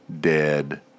dead